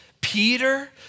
Peter